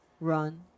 run